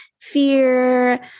fear